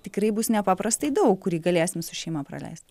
tikrai bus nepaprastai daug kurį galėsim su šeima praleist